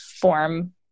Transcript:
form